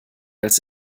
als